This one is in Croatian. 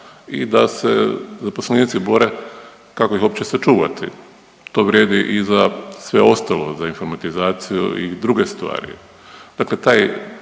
i da se zaposlenici bore kako ih uopće sačuvati. To vrijedi i za sve ostalo za informatizaciju i druge stvari. Dakle, taj